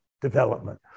development